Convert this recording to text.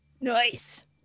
Nice